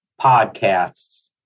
podcasts